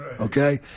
Okay